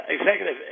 executive